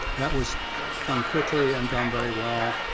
that was done quickly and done very well,